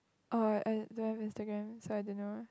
oh I don't have Instagram so I don't know mah